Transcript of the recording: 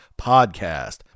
podcast